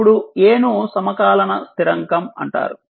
ఇప్పుడు A ను సమకాలన స్థిరాంకం అంటారు